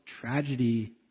tragedy